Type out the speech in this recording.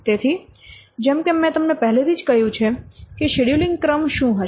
તેથી જેમ કે મેં તમને પહેલેથી જ કહ્યું છે કે શેડ્યૂલિંગ ક્રમ શું હશે